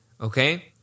okay